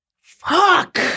Fuck